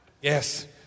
Yes